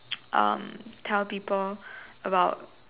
um tell people about